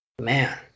Man